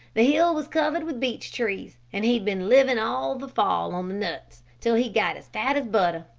the hill was covered with beech trees, and he'd been living all the fall on the nuts, till he'd got as fat as butter.